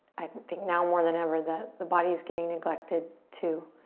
i think now more than ever that the body is getting neglected too.